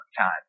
time